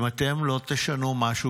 אם אתם לא תשנו משהו